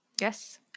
Yes